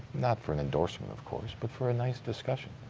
not for an endorsement of course, but for a nice discussion.